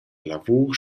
lavur